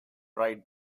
right